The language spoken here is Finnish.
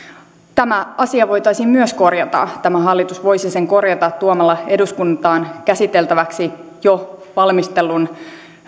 tämä asia voitaisiin myös korjata tämä hallitus voisi sen korjata tuomalla eduskuntaan käsiteltäväksi jo valmistellun